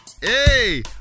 Hey